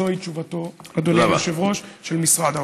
זוהי תשובתו, אדוני היושב-ראש, של משרד האוצר.